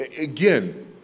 Again